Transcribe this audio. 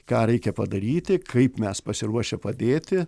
ką reikia padaryti kaip mes pasiruošę padėti